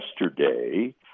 yesterday